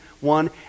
one